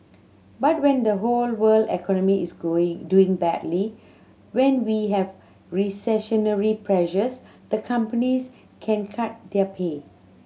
but when the whole world economy is going doing badly when we have recessionary pressures the companies can cut their pay